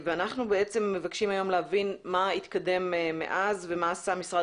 אנחנו מבקשים היום להבין מה התקדם מאז ומה עשה משרד